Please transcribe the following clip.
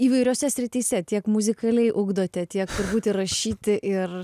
įvairiose srityse tiek muzikaliai ugdote tiek turbūt ir rašyti ir